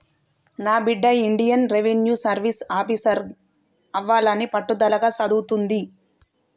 నా బిడ్డ Indian revenue service officer అవ్వాలని పట్టుదలగా సదువుతుంది